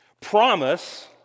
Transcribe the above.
promise